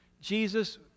Jesus